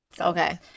Okay